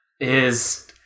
is-